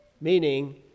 Meaning